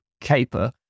caper